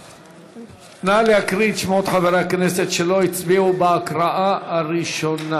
נא להקריא את שמות חברי הכנסת שלא הצביעו בהקראה הראשונה.